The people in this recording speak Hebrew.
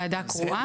ועדה קרואה.